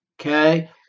okay